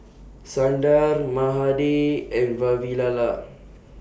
Sundar Mahade and Vavilala